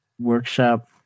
workshop